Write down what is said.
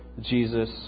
Jesus